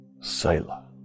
Sailor